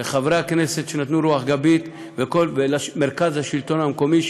לחברי הכנסת שנתנו רוח גבית ולמרכז השלטון המקומי,